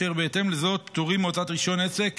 ובהתאם לזאת פטורים מהוצאת רישיון עסק